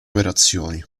operazioni